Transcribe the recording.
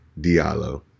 Diallo